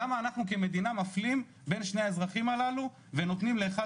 למה אנחנו כמדינה מפלים בין שהי האזרחים הללו ונותנים לאחד